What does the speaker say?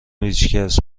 هیچکس